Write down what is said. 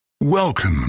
welcome